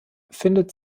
findet